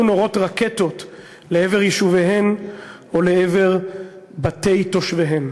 נורות רקטות לעבר יישוביהן או לעבר בתי תושביהן.